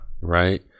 right